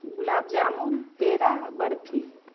گلاب jamun peda barfi